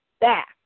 back